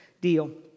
deal